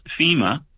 FEMA